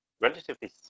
relatively